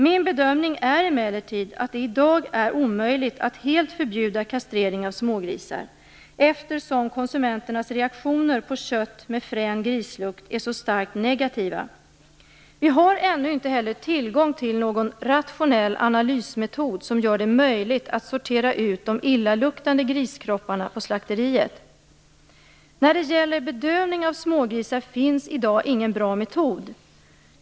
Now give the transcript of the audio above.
Min bedömning är emellertid att det i dag är omöjligt att helt förbjuda kastrering av smågrisar, eftersom konsumenternas reaktioner på kött med frän grislukt är så starkt negativa. Vi har ännu inte heller tillgång till någon rationell analysmetod som gör det möjligt att sortera ut de illaluktande griskropparna på slakteriet. När det gäller bedövning av smågrisar finns i dag ingen bra metod.